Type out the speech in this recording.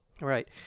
Right